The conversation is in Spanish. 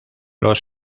los